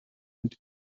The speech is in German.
und